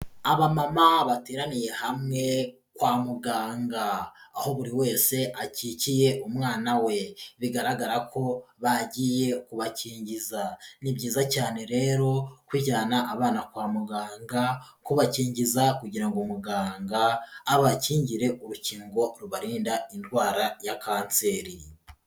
Abamama bateraniye hamwe kwa muganga, aho buri wese akikiye umwana we, bigaragara ko bagiye kubakingiza, ni byiza cyane rero kujyana abana kwa muganga, kubakingiza kugira ngo muganga abakingire urukingo rubarinda indwara ya kanseri.